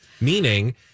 Meaning